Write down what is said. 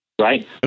right